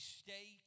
stay